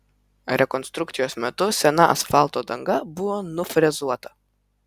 rekonstrukcijos metu sena asfalto danga buvo nufrezuota